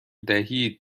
دهید